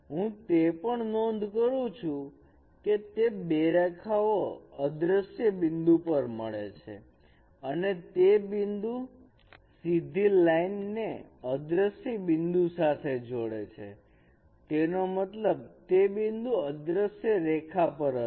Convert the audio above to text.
હું તે પણ નોંધ કરું છું કે તે બે રેખાઓ અદ્રશ્ય બિંદુ પર મળે છે અને તે બિંદુ સીધી લાઈન ને અદ્રશ્ય બિંદુ સાથે જોડે છે તેનો મતલબ તે બિંદુ અદ્રશ્ય રેખા પર હશે